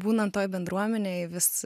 būnant toj bendruomenėj vis